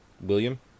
William